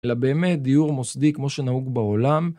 אלא באמת דיור מוסדי כמו שנהוג בעולם.